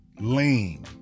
Lame